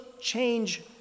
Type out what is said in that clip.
change